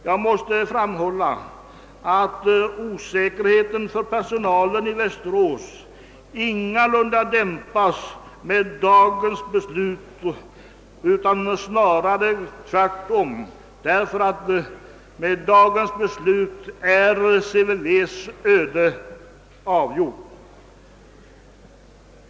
Jag måste framhålla att osäkerheten för personalen i Västerås ingalunda dämpas genom dagens beslut utan snarare tvärtom, ty därmed är CVV:s öde avgjort.